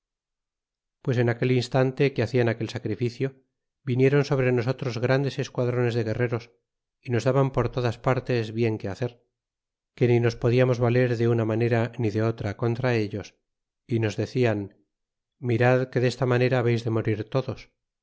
pues en aquel instante que hacian aquel sacrificio viniéron sobre nosotros grandes esquadrones de guerreros y nos daban por todas partes bien que hacer que ni nos podiamos valer de una manera ei de otra contra ellos y nos decian mirad que desta manera habeis de morir todos